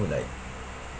like